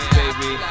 baby